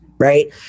right